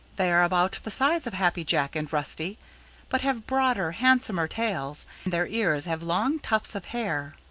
they are about the size of happy jack and rusty but have broader, handsomer tails and their ears have long tufts of hair.